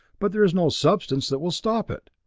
but there is no substance that will stop it!